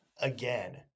again